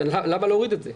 למה להוריד את זה?